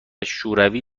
شوروی